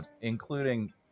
including